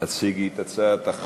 תודה רבה, גברתי.